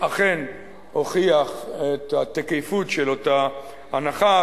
אכן הוכיח את התקפות של אותה הנחה,